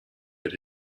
that